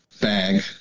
bag